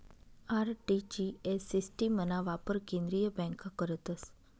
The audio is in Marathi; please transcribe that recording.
आर.टी.जी.एस सिस्टिमना वापर केंद्रीय बँका करतस